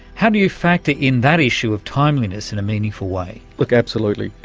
how do you factor in that issue of timeliness in a meaningful way? look, absolutely.